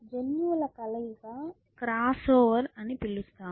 జన్యువుల కలయికను cross over అని పిలుస్తారు